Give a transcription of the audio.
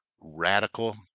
radical